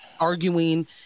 arguing